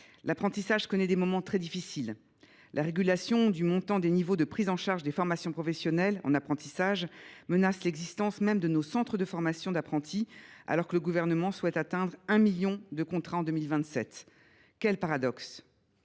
l’apprentissage connaît des moments très difficiles. La régulation du montant des niveaux de prise en charge des formations professionnelles en apprentissage menace l’existence même de nos centres de formation d’apprentis (CFA), alors que le Gouvernement souhaite atteindre 1 million de contrats en 2027. Quel paradoxe !